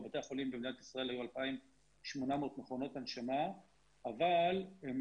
בבתי החולים במדינת ישראל היו 2,800 מכונות הנשמה אבל הם